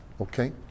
Okay